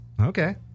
Okay